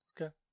Okay